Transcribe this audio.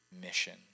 mission